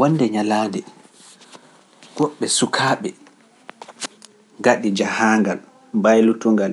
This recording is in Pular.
Wonnde nyalaande goɓɓe sukaaɓe ngaɗi jahaangal mbaylutungal